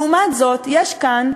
לעומת זאת יש כאן,